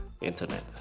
internet